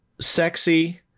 sexy